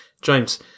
James